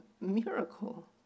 miracle